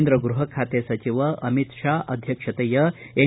ಕೇಂದ್ರ ಗೃಹ ಖಾತೆ ಸಚಿವ ಅಮಿತ ಷಾ ಅಧ್ಯಕ್ಷತೆಯ ಎನ್